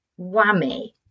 whammy